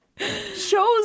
shows